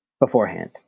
beforehand